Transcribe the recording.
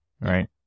Right